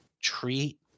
treat